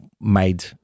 made